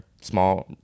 small